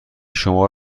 شما